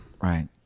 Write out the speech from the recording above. Right